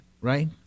right